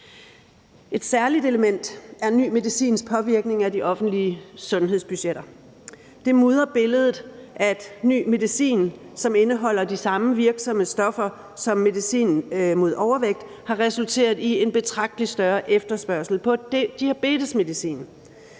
Et særligt element er ny medicins påvirkning af de offentlige sundhedsbudgetter. Det mudrer billedet, at ny medicin, som indeholder de samme virksomme stoffer som medicin mod overvægt, har resulteret i en betragtelig større efterspørgsel på diabetesmedicin.